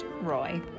Roy